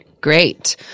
Great